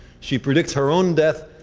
she predicts her own death.